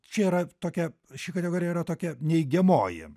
čia yra tokia ši kategorija yra tokia neigiamoji